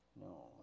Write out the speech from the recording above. no